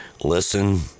listen